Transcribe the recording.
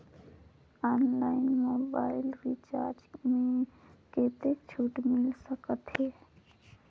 Online mobile recharge मे कतेक छूट मिल सकत हे?